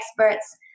experts